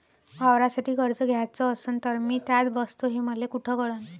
वावरासाठी कर्ज घ्याचं असन तर मी त्यात बसतो हे मले कुठ कळन?